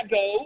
go